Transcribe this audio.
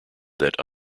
that